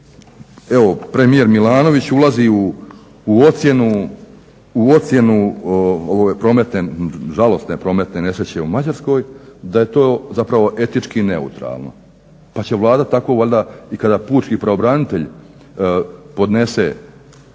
evo premijer Milanović ulazi u ocjenu ove žalosne prometne nesreće u Mađarskoj da je to zapravo etički neutralno pa će Vlada tako valjda i kada pučki pravobranitelj podnese